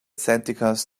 santikos